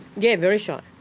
yeah, very shy.